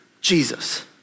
Jesus